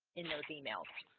in those emails.